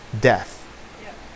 death